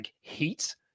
heat